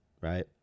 right